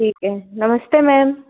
ठीक है नमस्ते मैम